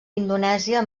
indonèsia